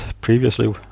previously